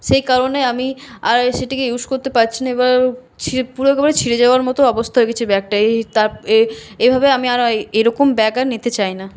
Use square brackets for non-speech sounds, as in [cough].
সেই কারণে আমি আর সেটিকে ইউজ করতে পারছি না এবার ছিঁড়ে পুরো একবারে ছিঁড়ে যাওয়ার মতো অবস্থা হয়ে গেছে ব্যাগটার [unintelligible] এভাবে এরকম ব্যাগ আমি আর নিতে চাই না